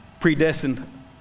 predestined